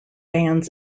bands